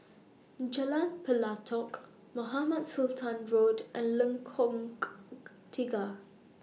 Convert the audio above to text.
Jalan Pelatok Mohamed Sultan Road and Lengkok Tiga